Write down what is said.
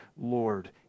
Lord